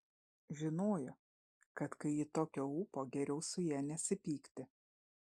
žinojo kad kai ji tokio ūpo geriau su ja nesipykti